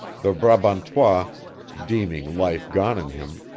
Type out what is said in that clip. the brabantois deeming life gone in him,